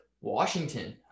Washington